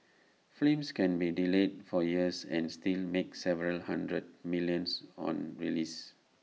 films can be delayed for years and still make several hundred millions on release